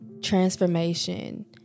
transformation